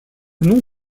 nom